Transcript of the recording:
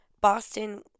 Boston